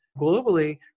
globally